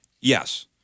Yes